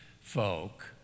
folk